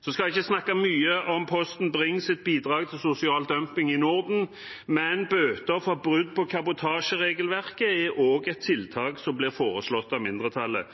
Så skal jeg ikke snakke mye om Posten Brings bidrag til sosial dumping i Norden, men bøter for brudd på kabotasjeregelverket er også et tiltak som blir foreslått av mindretallet.